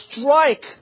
strike